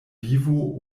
vivo